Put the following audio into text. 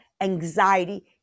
anxiety